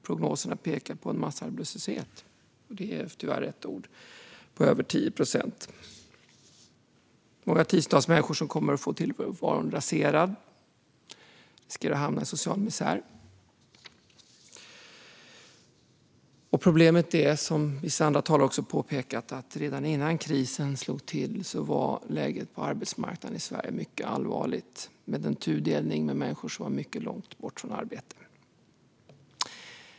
Prognoserna pekar på en massarbetslöshet - tyvärr är det rätt ord - på över 10 procent. Många tiotusentals människor kommer att få tillvaron raserad. De riskerar att hamna i social misär. Problemet är, som vissa andra talare har påpekat, att läget på arbetsmarknaden i Sverige var mycket allvarligt redan innan krisen slog till. Det fanns en tudelning med människor som stod mycket långt bort från arbete.